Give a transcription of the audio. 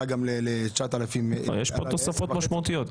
גם ל-9,000 --- יש פה תוספות משמעותיות.